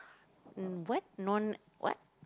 mm what non what